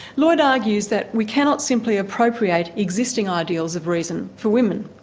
lloyd argues that we cannot simply appropriate existing ideals of reason for women,